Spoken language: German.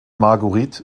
marguerite